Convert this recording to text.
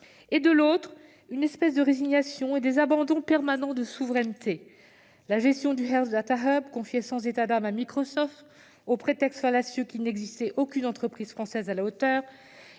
; de l'autre, on note une sorte de résignation et des abandons permanents de souveraineté. La gestion du Health Data Hub, confiée sans états d'âme à Microsoft au prétexte fallacieux qu'il n'existait aucune entreprise française à la hauteur,